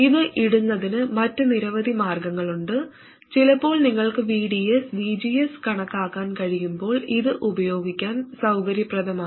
ഇത് ഇടുന്നതിന് മറ്റ് നിരവധി മാർഗങ്ങളുണ്ട് ചിലപ്പോൾ നിങ്ങൾക്ക് VDS VGS കണക്കാക്കാൻ കഴിയുമ്പോൾ ഇത് ഉപയോഗിക്കാൻ സൌകര്യപ്രദമാണ്